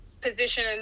position